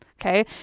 Okay